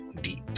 deep